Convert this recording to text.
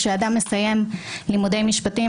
כשאדם מסיים לימודי משפטים,